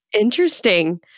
Interesting